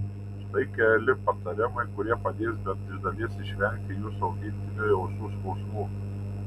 štai keli patarimai kurie padės bent iš dalies išvengti jūsų augintiniui ausų skausmų